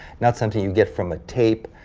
not something you get from a tape.